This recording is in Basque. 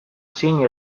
zin